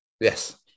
Yes